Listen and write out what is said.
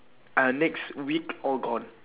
uh next week all gone